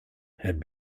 had